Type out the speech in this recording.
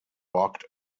walked